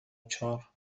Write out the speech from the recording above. چهار